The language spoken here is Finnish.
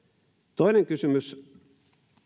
toinen kysymys